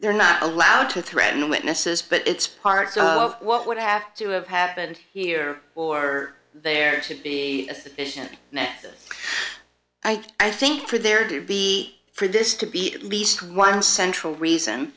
they're not allowed to threaten witnesses but it's part of what would have to have happened here or there to be efficient method i think for there to be for this to be at least one central reason